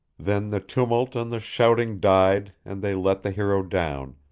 then the tumult and the shouting died and they let the hero down,